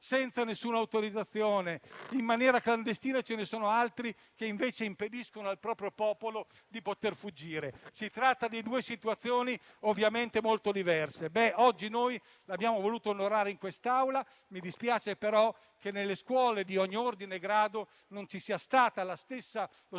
senza alcuna autorizzazione, in maniera clandestina, e ce ne sono altri che invece impediscono al proprio popolo di fuggire. Si tratta di situazioni ovviamente molto diverse. Oggi abbiamo voluto onorare tale ricorrenza in quest'Aula; mi dispiace però che nelle scuole di ogni ordine e grado non ci siano stati lo stesso interesse